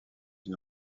une